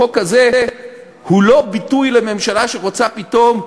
החוק הזה הוא לא ביטוי לממשלה שרוצה פתאום,